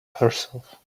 herself